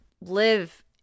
live